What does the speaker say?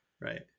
right